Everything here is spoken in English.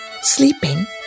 sleeping